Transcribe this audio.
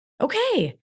okay